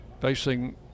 facing